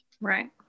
Right